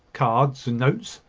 cards and notes,